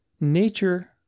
nature